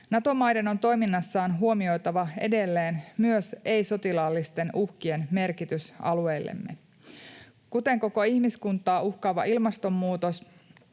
Nato-maiden on toiminnassaan huomioitava edelleen myös ei-sotilaallisten uhkien merkitys alueillemme, kuten koko ihmiskuntaa uhkaava ilmastonmuutos,